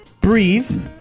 breathe